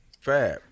fab